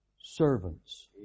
servants